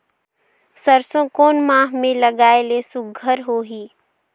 सरसो कोन माह मे लगाय ले सुघ्घर होही?